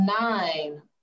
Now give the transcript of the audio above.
nine